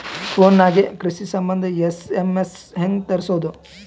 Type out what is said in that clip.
Phone ನಾಗೆ ಕೃಷಿ ಸಂಬಂಧ ಎಸ್.ಎಮ್.ಎಸ್ ಹೆಂಗ ತರಸೊದ?